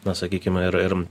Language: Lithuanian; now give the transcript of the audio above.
na sakykim ir ir